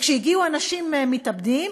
וכשהגיעו אנשים מתאבדים,